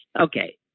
Okay